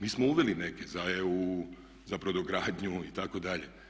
Mi smo uveli neke za EU, za brodogradnju itd.